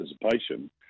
participation